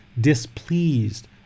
displeased